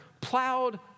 plowed